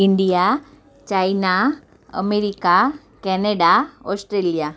India China America Canada Australia